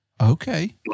Okay